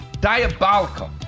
diabolical